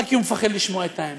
רק כי הוא מפחד לשמוע את האמת.